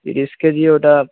তিরিশ কেজি ওটা